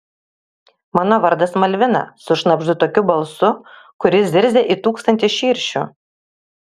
mano vardas malvina sušnabždu tokiu balsu kuris zirzia it tūkstantis širšių